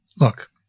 look